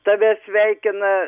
tave sveikina